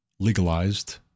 legalized